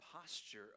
posture